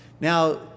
Now